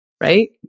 right